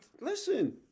listen